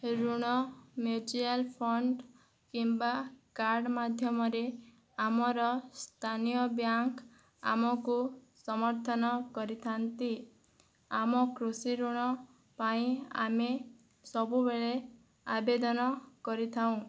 ଏ ଋଣ ମ୍ୟୁଚୁଆଲଫଣ୍ଡ କିମ୍ବା କାର୍ଡ଼ ମାଧ୍ୟମରେ ଆମର ସ୍ଥାନୀୟ ବ୍ୟାଙ୍କ୍ ଆମକୁ ସମର୍ଥନ କରିଥାଆନ୍ତି ଆମ କୃଷିଋଣ ପାଇଁ ଆମେ ସବୁବେଳେ ଆବେଦନ କରିଥାଉଁ